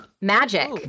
Magic